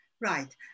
Right